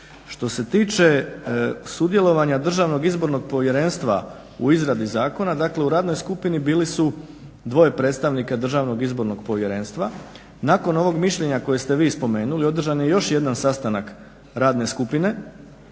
Što se tiče sudjelovanja Državnog izbornog povjerenstva u izradi zakona dakle u radnoj skupini bili su dvoje predstavnika DIP-a, nakon ovog mišljenja koje ste vi spomenuli održan je još jedan sastanak radne skupine